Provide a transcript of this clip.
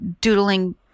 doodling